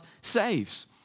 saves